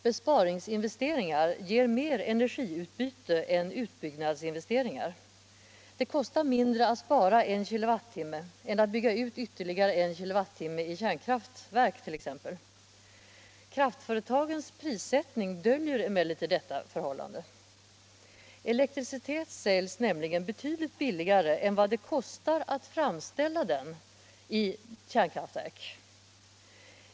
Besparingsinvesteringar ger mer energiutbyte än utbyggnadsinvesteringar. Det kostar mindre att spara en kilowattimme än att bygga ut ytterligare en kilowattimme i t.ex. kärnkraftverk. Kraftföretagens prissättning döljer emellertid detta förhållande. Elektricitet säljs nämligen betydligt billigare än vad det kostar att framställa den i kärnkraftverk.